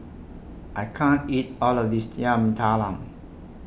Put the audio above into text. I can't eat All of This Yam Talam